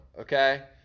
okay